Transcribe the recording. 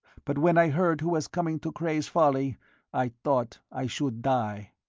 but when i heard who was coming to cray's folly i thought i should die.